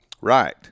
Right